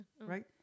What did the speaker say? right